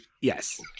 Yes